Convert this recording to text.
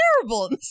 terrible